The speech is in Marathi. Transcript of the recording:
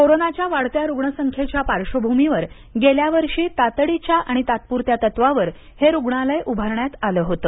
कोरोनाच्या वाढत्या रुग्णसंखेच्या पार्श्वभूमीवर गेल्यावर्षी तातडीच्या आणि तात्पुरत्या तत्वावर हे रुग्णालय उभारण्यात आलं होतं